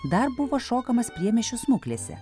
dar buvo šokamas priemiesčio smuklėse